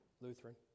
Lutheran